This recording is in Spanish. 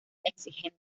exigente